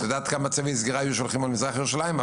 את יודעת כמה צוי סגירה היו שולחים למזרח ירושלים.